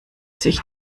sich